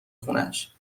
خونش